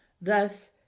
Thus